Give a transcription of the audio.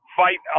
fight